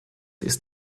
ist